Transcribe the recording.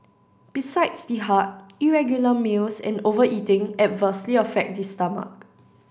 besides the heart irregular meals and overeating adversely affect the stomach